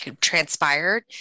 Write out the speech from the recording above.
transpired